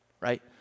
right